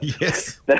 Yes